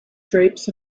drapes